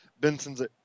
benson's